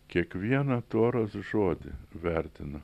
kiekvieną toros žodį vertina